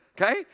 okay